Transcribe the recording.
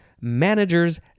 managers